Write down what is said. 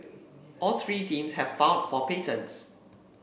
all three teams have filed for patents